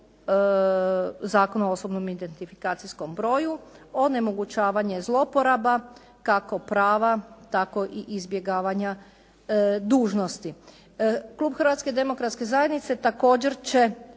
Zakona o osobnom identifikacijskom broju, onemogućavanje zlouporaba kako prava tako i izbjegavanja dužnosti. Klub Hrvatske demokratske zajednice također će